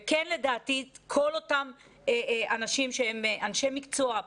כן לדעתי כל אותם אנשים שהם אנשי מקצוע,